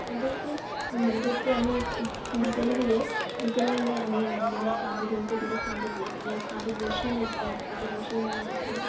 ওদেরকে ওদেরকে আমি বিকেল হলে বিকেল হলে আমি ওদেরকে আমার কাঁধে দুজনকে দুটো কাঁধে কাঁধে বসিয়ে নিয়ে দুজনকে কাঁধে বসিয়ে নিয়ে একটু